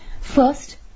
first